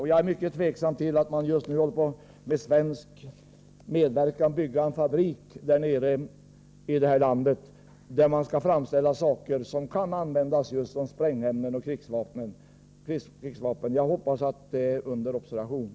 Jag är mycket tveksam till att man med svensk medverkan nu skall bygga en fabrik i det här landet. Man skall framställa sådant som kan användas som sprängämnen och krigsvapen. Jag hoppas att den frågan är under observation.